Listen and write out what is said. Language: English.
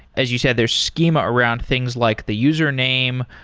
as you said, there's schema around things like the username,